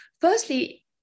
firstly